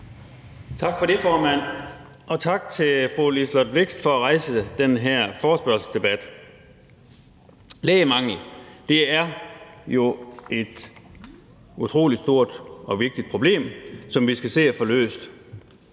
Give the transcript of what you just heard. Tak for det, formand. Og tak til fru Liselott Blixt for at rejse den her forespørgselsdebat. Lægemangel er jo et utrolig stort og vigtigt problem, som vi skal se at få løst.